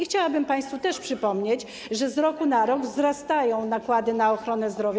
Chciałabym państwu też przypomnieć, że z roku na rok wzrastają nakłady na ochronę zdrowia.